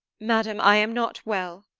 madam, i am not well.